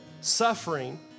suffering